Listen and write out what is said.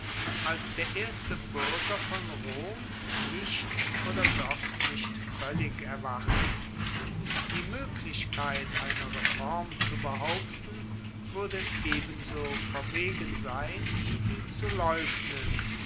als der erste buerger von rom nicht oder doch nicht voellig erwachen die moeglichkeit einer reform zu behaupten wuerde ebenso verwegen sein wie sie zu leugnen